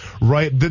right